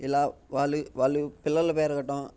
ఇలా వాళ్ళు వాళ్ళు పిల్లలు పెరగటం